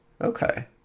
Okay